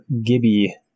Gibby